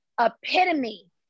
epitome